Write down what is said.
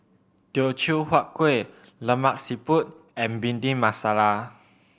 Teochew Huat Kuih Lemak Siput and Bhindi Masala